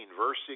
verse